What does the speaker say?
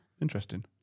Interesting